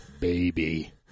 Baby